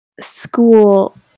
school